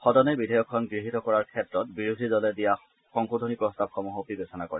সদনে বিধেয়কখন গৃহীত কৰাৰ ক্ষেত্ৰত বিৰোধী দলে দিয়া সংশোধনী প্ৰস্তাৱসমূহো বিবেচনা কৰে